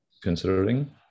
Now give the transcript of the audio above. Considering